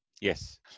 Yes